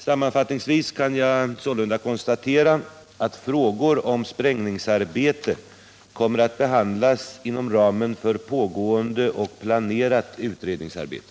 Sammanfattningsvis kan jag sålunda konstatera att frågor om sprängningsarbete kommer att behandlas inom ramen för pågående och planerat utredningsarbete.